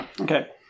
Okay